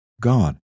God